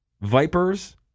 Vipers